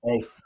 Hey